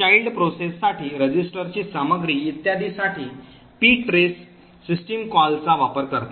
child process साठी रजिस्टरची सामग्री इत्यादी साठी ptrace सिस्टम कॉलचा वापर करतात